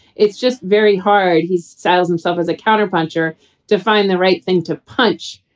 it's just very hard. he's sidesand self as a counterpuncher to find the right thing to punch.